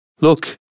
Look